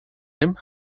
him